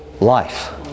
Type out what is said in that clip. life